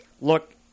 Look